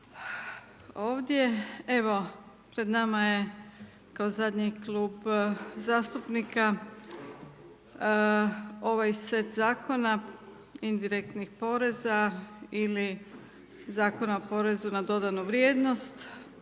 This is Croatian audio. ovdje. Evo, pred nama je kao zadnji Klub zastupnika, ovaj set zakona, indirektnih poreza ili Zakona o porezu na dodanu vrijednost,